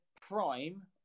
prime